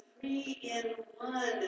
three-in-one